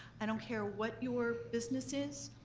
i don't care what your business is,